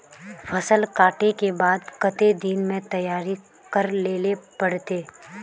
फसल कांटे के बाद कते दिन में तैयारी कर लेले पड़ते?